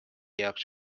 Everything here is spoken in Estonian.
jaoks